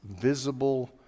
visible